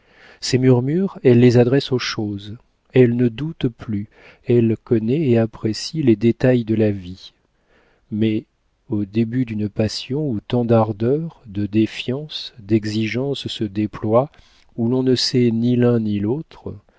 ses murmures elle les adresse aux choses elle ne doute plus elle connaît et apprécie les détails de la vie mais au début d'une passion où tant d'ardeur de défiances d'exigences se déploient où l'on ne se sait ni l'un ni l'autre